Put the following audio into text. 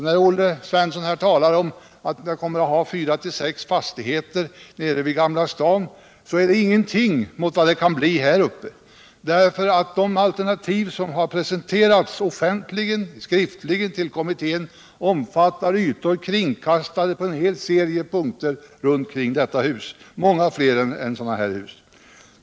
När Olle Svensson här talar om att vi kommer att ha fyra till sex fastigheter nere vid Gamla stan, så är detta ingenting mot vad det kan bli här uppe, därför att de alternativ som presenterats offentligen och skriftligen till kommittén omfattar ytor kringkastade på en hel serie punkter kring detta hus. De blir alltså många fler.